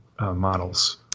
models